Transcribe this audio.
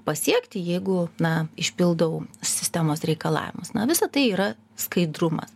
pasiekti jeigu na išpildau sistemos reikalavimus na visa tai yra skaidrumas